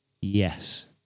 Yes